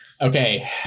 Okay